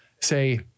say